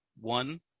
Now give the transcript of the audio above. one